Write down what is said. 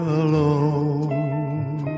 alone